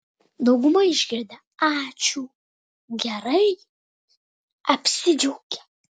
dauguma išgirdę ačiū gerai apsidžiaugia